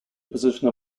position